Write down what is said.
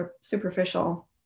superficial